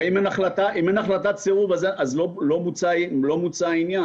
אם אין החלטת סירוב אז לא מוצה העניין.